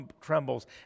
trembles